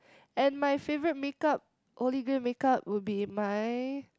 and my favourite make-up holy grail make-up will be my